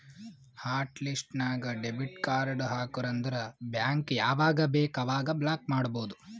hot list ನಾಗ್ debit card ಹಾಕುರ್ ಅಂದುರ್ ಬ್ಯಾಂಕ್ ಯಾವಾಗ ಬೇಕ್ ಅವಾಗ ಬ್ಲಾಕ್ ಮಾಡ್ಬೋದು